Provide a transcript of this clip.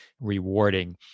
rewarding